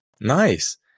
Nice